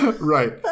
right